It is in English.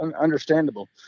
understandable